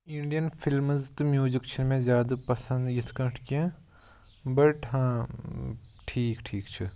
Indian films تہٕ music چھِنہٕ مےٚ زیادٕ پَسنٛد یِتھ کٲٹھۍ کینٛہہ بَٹ ہاں ٹھیٖک ٹھیٖک چھِ